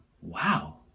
wow